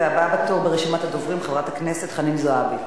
הבאה בתור ברשימת הדוברים, חברת הכנסת חנין זועבי.